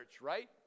right